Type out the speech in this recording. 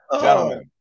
gentlemen